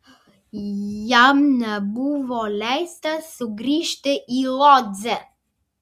jam nebuvo leista sugrįžti į lodzę